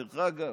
דרך אגב,